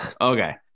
Okay